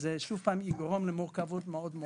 זה יגרום שוב למורכבות מאוד מאוד גדולה.